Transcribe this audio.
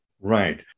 Right